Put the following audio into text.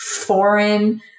foreign